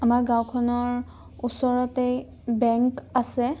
আমাৰ গাঁওখনৰ ওচৰতেই বেংক আছে